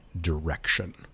direction